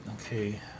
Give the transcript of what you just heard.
Okay